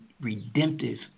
redemptive